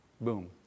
Boom